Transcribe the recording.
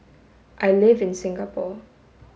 I live in Singapore